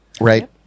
Right